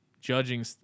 judging